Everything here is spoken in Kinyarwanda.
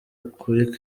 kuri